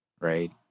right